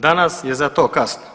Danas je za to kasno.